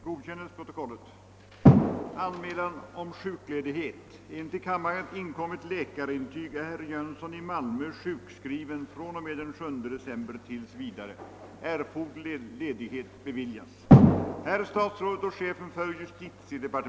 Herr talman! Herr Winberg har frågat mig om jag anser att sådana situationer som råder inom tandvården i Ångeregionen är acceptabla och, om inte, vilka åtgärder jag ämnar vidta.